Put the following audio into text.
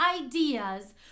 ideas